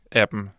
appen